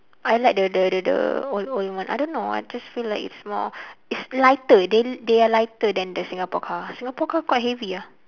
I like the the the the old old one I don't know I just feel like it's more it's lighter they they are lighter than the singapore car singapore car quite heavy ah